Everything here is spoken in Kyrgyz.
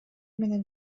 менен